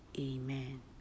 amen